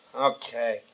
Okay